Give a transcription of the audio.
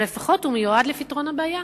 אבל לפחות הוא מיועד לפתרון הבעיה.